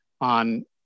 on